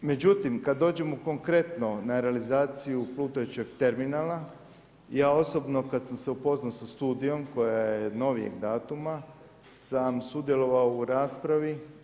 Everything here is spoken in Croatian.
Međutim, kad dođemo konkretno na realizaciju plutajućeg terminala, ja osobno kad sam se upoznao sa studijom koja je novijeg datuma sam sudjelovao u raspravi.